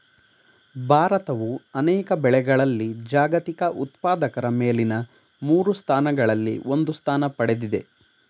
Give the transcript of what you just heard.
ಭಾರತವು ಅನೇಕ ಬೆಳೆಗಳಲ್ಲಿ ಜಾಗತಿಕ ಉತ್ಪಾದಕರ ಮೇಲಿನ ಮೂರು ಸ್ಥಾನಗಳಲ್ಲಿ ಒಂದು ಸ್ಥಾನ ಪಡೆದಿದೆ